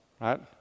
Right